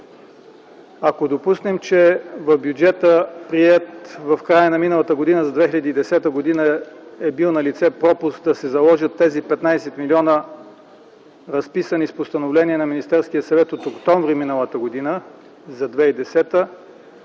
Ако допуснем, че в бюджета, приет в края на миналата година, за 2010 г. е бил налице пропуск да се заложат тези 15 милиона, разписани с постановление на Министерския съвет от октомври м.г. за 2010 г.,